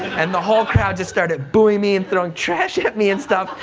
and the whole crowd just started booing me and throwing trash at me and stuff.